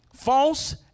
false